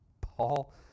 Paul